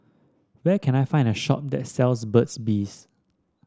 where can I find a shop that sells Burt's Bee